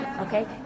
Okay